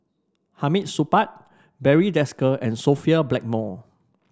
Hamid Supaat Barry Desker and Sophia Blackmore